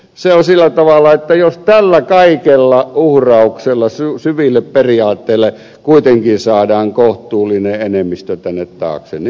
se on sillä tavalla että jos tällä kaikella uhrauksella syville periaatteille kuitenkin saadaan kohtuullinen enemmistö tänne taakse niin hyvä homma